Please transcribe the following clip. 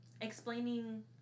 Explaining